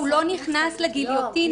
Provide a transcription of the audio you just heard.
הוא לא נכנס לגיליוטינה.